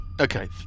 Okay